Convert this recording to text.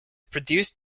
produce